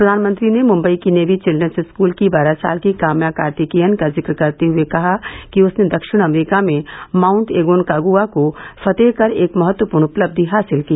प्रधानमंत्री ने मुंबई की नेवी चिल्ड्रन्स स्कूल की बारह साल की काम्या कार्तिकेयन का जिक्र करते हुए कहा कि उसने दक्षिण अमरीका में माउंट एगोनकागुआ को फतेह कर एक महत्वपूर्ण उपलब्धि हासिल की